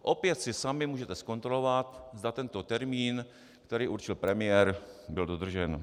Opět si sami můžete zkontrolovat, zda tento termín, který určil premiér, byl dodržen.